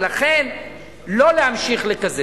ולכן לא להמשיך לקזז.